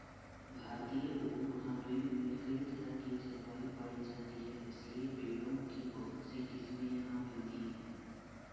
भारतीय उपमहाद्वीप में कई तरह की जलवायु पायी जाती है इसलिए पेड़ों की बहुत सी किस्मे यहाँ मिलती हैं